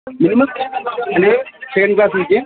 minimum fee ఎంత sir second class నుంచి